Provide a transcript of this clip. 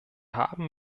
haben